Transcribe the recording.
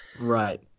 Right